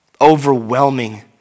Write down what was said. overwhelming